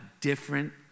different